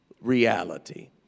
reality